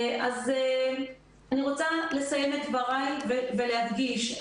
אני רוצה לסיים את דבריי ולהדגיש,